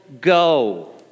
go